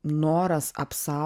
noras apsaugoti